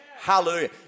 Hallelujah